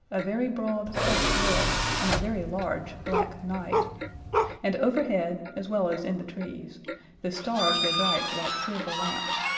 a very broad, white world and a very large, black night and overhead as well as in the trees the stars were bright like silver lamps,